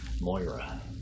Moira